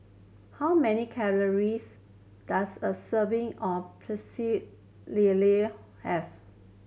how many calories does a serving of Pecel Lele have